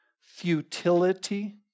futility